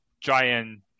giant